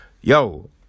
Yo